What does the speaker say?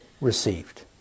received